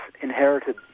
inherited